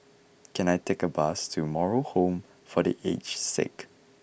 can I take a bus to Moral Home for The Aged Sick